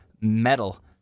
metal